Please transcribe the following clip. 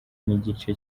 n’igice